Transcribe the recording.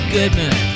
Goodman